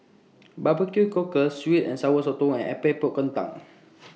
Barbecue Cockle Sweet and Sour Sotong and Epok Epok Kentang